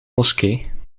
moskee